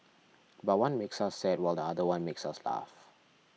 but one makes us sad while the other one makes us laugh